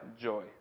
joy